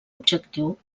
objectiu